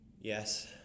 Yes